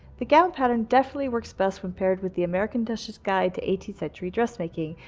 the gown pattern definitely works best when paired with the american duchess guide to eighteenth century dressmaking,